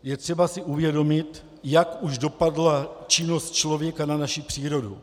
Je si třeba uvědomit, jak už dopadla činnost člověka na naši přírodu.